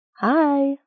hi